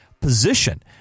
position